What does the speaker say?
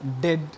dead